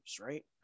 right